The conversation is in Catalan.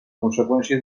conseqüència